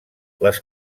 les